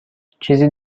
چیزی